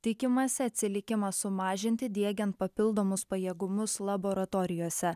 tikimasi atsilikimą sumažinti diegiant papildomus pajėgumus laboratorijose